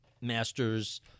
master's